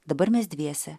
dabar mes dviese